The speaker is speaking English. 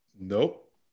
Nope